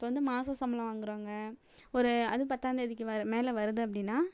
இப்போ வந்து மாத சம்பளம் வாங்குறவங்கள் ஒரு அதுவும் பத்தாந்தேதிக்கு வ மேலே வருது அப்படின்னா